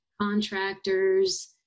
contractors